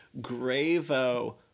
Gravo